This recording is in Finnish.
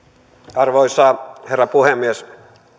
arvoisa herra puhemies